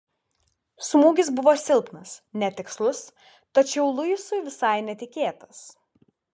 smūgis buvo silpnas netikslus tačiau luisui visai netikėtas